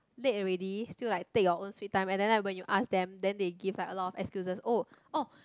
late already still like take your own sweet time and then right when you ask them they give like a lot of excuses oh oh